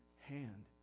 hand